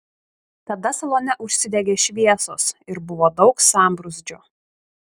tada salone užsidegė šviesos ir buvo daug sambrūzdžio